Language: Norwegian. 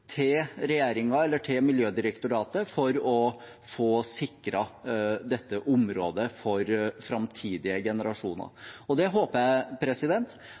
til Miljødirektoratet for å få sikret dette området for framtidige generasjoner. Det håper jeg